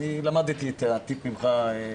למדתי את הטיפ ממך,